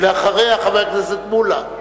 אחריה, חבר הכנסת מולה.